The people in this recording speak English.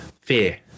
fear